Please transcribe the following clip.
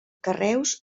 carreus